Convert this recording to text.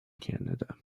canada